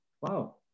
Wow